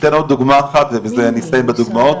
אני אתן עוד דוגמה אחת ובזה אני אסיים עם הדוגמאות,